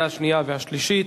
נתקבלה.